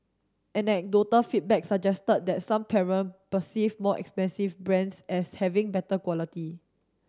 anecdotal feedback suggested that some parent perceive more expensive brands as having better quality